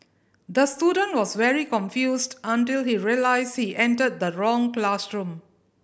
the student was very confused until he realised he entered the wrong classroom